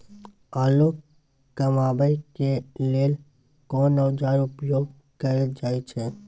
आलू कमाबै के लेल कोन औाजार उपयोग कैल जाय छै?